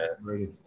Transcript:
ready